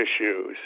issues